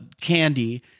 Candy